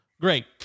great